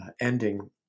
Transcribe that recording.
ending